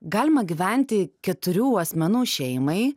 galima gyventi keturių asmenų šeimai